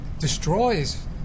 destroys